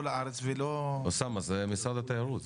לארץ ולא --- אוסאמה זה משרד התיירות,